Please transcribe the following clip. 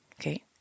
Okay